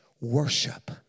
worship